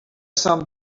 some